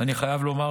אני חייב לומר,